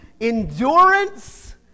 endurance